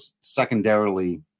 secondarily